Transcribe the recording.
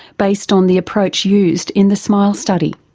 based on the approach used in the smile study.